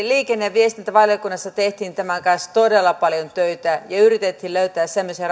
liikenne ja viestintävaliokunnassa tehtiin tämän kanssa todella paljon töitä ja yritettiin löytää semmoisia